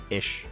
ish